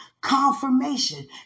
confirmation